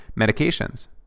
Medications